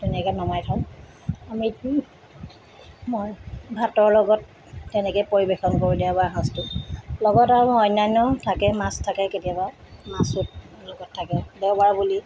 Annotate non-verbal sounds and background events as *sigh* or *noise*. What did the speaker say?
ধুনীয়াকৈ নমাই থওঁ *unintelligible* মই ভাতৰ লগত তেনেকৈ পৰিৱেশন কৰোঁ দেওবাৰ সাঁজটো লগত আৰু অন্যান্যও থাকে মাছ থাকে কেতিয়াবা মাছো লগত থাকে দেওবাৰ বুলি